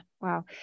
Wow